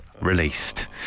released